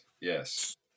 yes